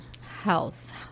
health